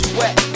wet